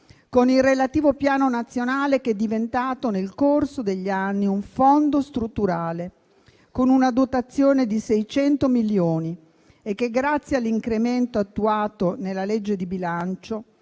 con il relativo Piano nazionale che è diventato, nel corso degli anni, un fondo strutturale con una dotazione di 600 milioni e che, grazie all'incremento attuato nella legge di bilancio,